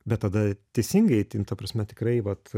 bet tada teisingai ten ta prasme tikrai vat